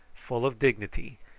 full of dignity,